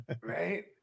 Right